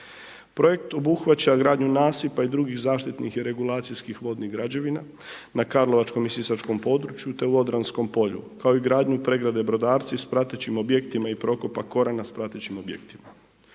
Projekt obuhvaća gradnju nasipa i drugih zaštitnih regulacijskih vodnih građevina na karlovačkom i sisačkom području te u Odranskom polju, kao i gradnju i pregrade Brodarci s pratećim objektima i prokopa Korana s pratećim objektima.